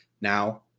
Now